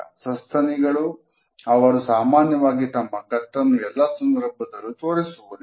ಸಸ್ತನಿಗಳು ಅವರು ಸಾಮಾನ್ಯವಾಗಿ ತಮ್ಮ ಕತ್ತನ್ನು ಎಲ್ಲಾ ಸಂದರ್ಭದಲ್ಲೂ ತೋರಿಸುವುದಿಲ್ಲ